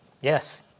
Yes